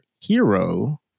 hero